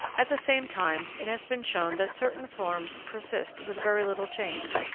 at the same time, it has been shown that certain forms persist with very little change,